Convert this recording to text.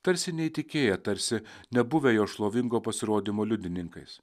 tarsi neįtikėję tarsi nebuvę jo šlovingo pasirodymo liudininkais